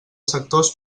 sectors